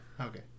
Okay